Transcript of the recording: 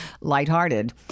lighthearted